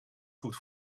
goed